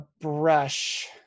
brush